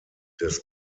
des